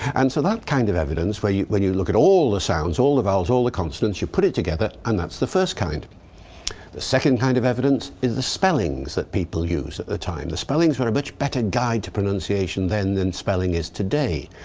and so that kind of evidence, when you look at all the sounds, all the vowels, all the consonants, you put it together and that's the first kind. the second kind of evidence is the spellings that people use at the time. the spellings were a much better guide to pronunciation then than spelling is today.